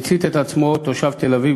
הצית את עצמו תושב תל-אביב,